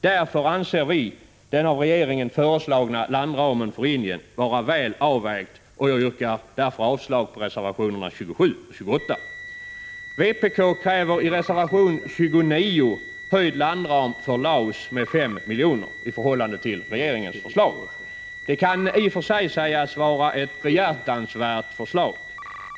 Därför anser vi att den av regeringen föreslagna landramen för Indien är väl avvägd, och jag yrkar avslag på reservationerna 27 och 28. Vpk kräver i reservation 29 höjd landram för Laos med 5 miljoner i förhållande till regeringens förslag. Det kan i och för sig sägas vara ett behjärtansvärt förslag.